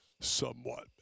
somewhat